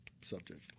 subject